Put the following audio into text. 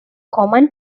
common